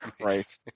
Right